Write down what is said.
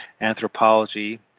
anthropology